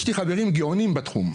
יש לי חברים גאונים בתחום,